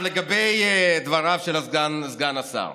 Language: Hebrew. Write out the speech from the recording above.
לגבי דבריו של סגן השר,